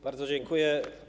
Bardzo dziękuję.